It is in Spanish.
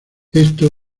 esto